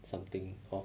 something or